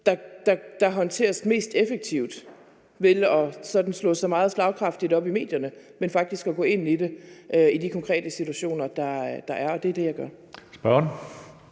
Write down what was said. der håndteres mest effektivt ved sådan at slå sig meget slagkraftigt op i medierne, men faktisk at gå ind i det i de konkrete situationer, der er, og det er det, jeg gør.